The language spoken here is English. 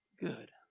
good